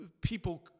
People